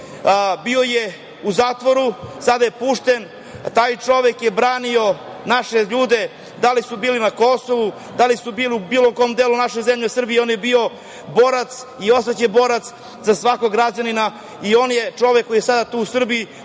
Bio je u zatvoru i sada je pušten. Taj čovek je branio naše ljude da li su bili na Kosovu, da li su bili u bilo kom delu naše zemlje Srbije, on je bio borac i ostaće borac za svakog građanina i on je čovek koji je sada tu u Srbiji.